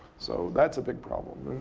so that's a big problem.